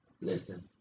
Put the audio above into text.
Listen